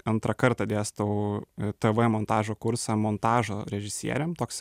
antrą kartą dėstau tv montažo kursą montažo režisieriam toks